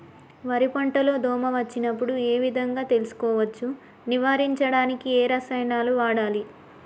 వరి పంట లో దోమ వచ్చినప్పుడు ఏ విధంగా తెలుసుకోవచ్చు? నివారించడానికి ఏ రసాయనాలు వాడాలి?